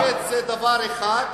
לעמוד, זה דבר אחד,